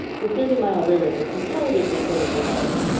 the thirty mile river was comparatively coated with ice,